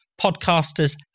podcasters